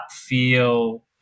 feel